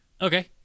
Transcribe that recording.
Okay